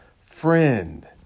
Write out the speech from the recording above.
friend